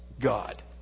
God